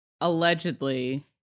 allegedly